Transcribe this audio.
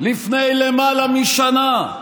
לפני למעלה משנה.